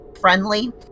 friendly